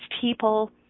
people